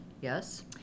Yes